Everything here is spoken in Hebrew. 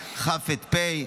כ' את פ',